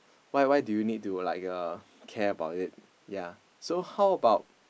why why do you need to like uh care about it ya so how about